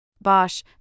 Bosch